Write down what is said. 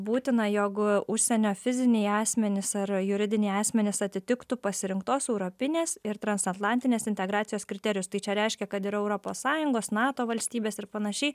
būtina jog užsienio fiziniai asmenys ar juridiniai asmenys atitiktų pasirinktos europinės ir transatlantinės integracijos kriterijus tai čia reiškia kad ir europos sąjungos nato valstybės ir panašiai